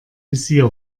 visier